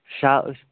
شاہ أسۍ